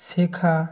শেখা